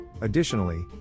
Additionally